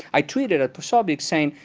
i tweeted at posobiec saying,